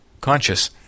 conscious